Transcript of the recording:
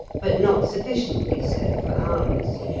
but not sufficiently so for ours.